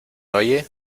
oye